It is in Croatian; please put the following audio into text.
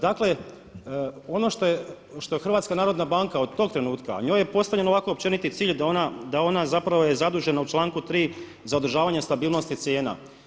Dakle ono što je, što HNB od tog trenutka, a njoj je postavljen ovako općeniti cilj da ona zapravo je zadužena u članku 3. zadržavanja stabilnosti cijena.